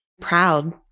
proud